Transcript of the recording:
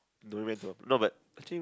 don't know when to no but I think